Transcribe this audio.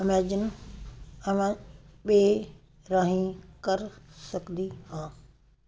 Amazon ਅਮਾ ਪੈ ਰਾਹੀਂ ਕਰ ਸਕਦੀ ਹਾਂ